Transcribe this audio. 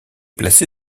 placé